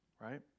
Right